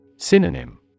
Synonym